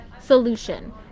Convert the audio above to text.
solution